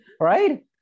Right